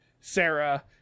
Sarah